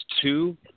two